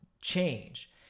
change